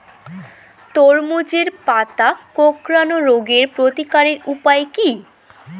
তরমুজের পাতা কোঁকড়ানো রোগের প্রতিকারের উপায় কী?